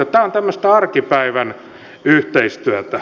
tämä on tämmöistä arkipäivän yhteistyötä